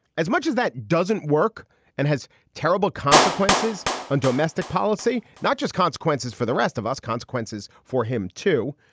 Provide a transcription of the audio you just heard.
as much as that doesn't work and has terrible consequences on domestic policy, not just consequences for the rest of us, consequences for him too,